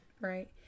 right